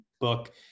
book